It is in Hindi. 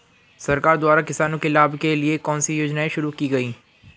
सरकार द्वारा किसानों के लाभ के लिए कौन सी योजनाएँ शुरू की गईं?